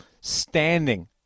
standing